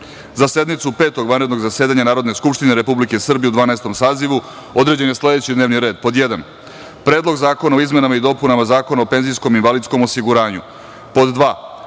sednicu Petog vanrednog zasedanja Narodne skupštine Republike Srbije u Dvanaestom sazivu određen je sledećiD n e v n i r e d:1. Predlog zakona o izmenama i dopunama Zakona o penzijskom i invalidskom osiguranju;2.